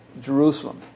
Jerusalem